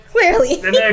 clearly